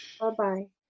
Bye-bye